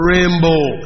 Rainbow